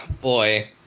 boy